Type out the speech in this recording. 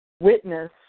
witness